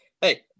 Hey